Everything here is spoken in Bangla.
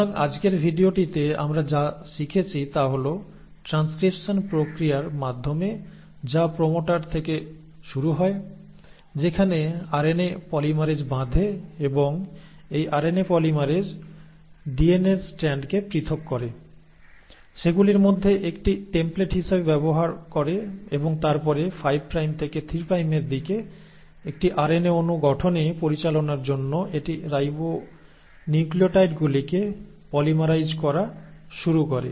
সুতরাং আজকের ভিডিওতে আমরা যা শিখেছি তা হল ট্রানস্ক্রিপশন প্রক্রিয়ার মাধ্যমে যা প্রোমোটার থেকে শুরু হয় যেখানে আরএনএ পলিমারেজ বাঁধে এবং এই আরএনএ পলিমারেজ ডিএনএর স্ট্র্যান্ডকে পৃথক করে সেগুলির মধ্যে একটি টেমপ্লেট হিসাবে ব্যবহার করে এবং তারপরে 5 প্রাইম থেকে 3 প্রাইমের দিকে একটি আরএনএ অণু গঠনে পরিচালনার জন্য এটি রাইবোনিউক্লিয়োটাইডগুলিকে পলিমারাইজ করা শুরু করে